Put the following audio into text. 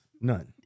None